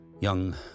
young